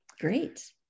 Great